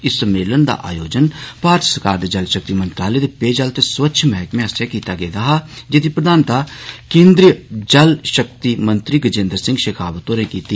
इस सम्मेलन दा आयोजन भारत सरकार दे जल शक्ति मंत्रालय दे पेय जल ते स्वच्छ मैहकमे आस्सेआ कीता गेदा हा जेदी प्रधानता केंद्रीय जल शक्ति मंत्री गजेंद्र सिंह शिखावत होरें कीती